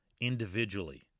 individually